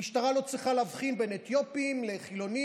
המשטרה לא צריכה להבחין בין אתיופים לחילונים,